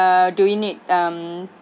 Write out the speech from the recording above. err do we need um